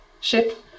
ship